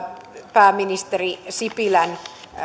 pääministeri sipilän